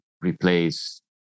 replace